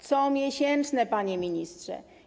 Comiesięczne, panie ministrze.